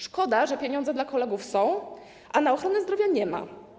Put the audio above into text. Szkoda, że pieniądze dla kolegów są, a na ochronę zdrowia nie ma.